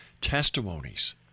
testimonies